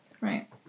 Right